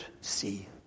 see